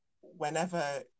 whenever